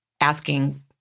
asking